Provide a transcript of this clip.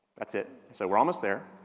that's it. so, we're almost there.